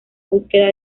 búsqueda